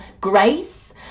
Grace